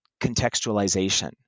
contextualization